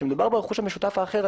כשמדובר ברכוש המשותף האחר,